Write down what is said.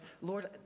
Lord